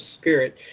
spirit